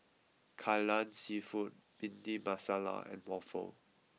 Kai Lan seafood Bhindi Masala and waffle